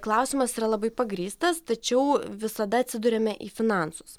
klausimas yra labai pagrįstas tačiau visada atsiduriame į finansus